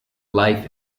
life